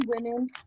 women